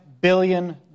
billion